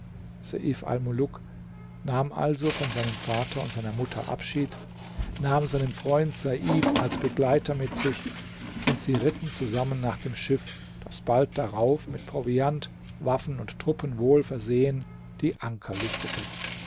nahm also von seinem vater und seiner mutter abschied nahm seinen freund said als begleiter mit sich und sie ritten zusammen nach dem schiff das bald darauf mit proviant waffen und truppen wohl versehen die anker lichtete